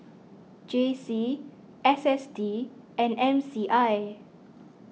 J C S S T and M C I